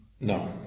No